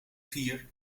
vier